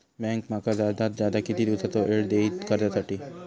Bank माका जादात जादा किती दिवसाचो येळ देयीत कर्जासाठी?